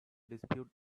dispute